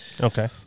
Okay